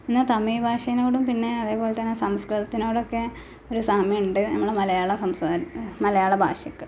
എന്നാൽ തമിഴ് ഭാഷേയോടും പിന്നെ അതേപോലെ തന്നെ സംസ്കൃതത്തിനോടൊക്കെ ഒരു സാമ്യമുണ്ട് നമ്മുടെ മലയാള സംസാരം മലയാള ഭാഷയ്ക്ക്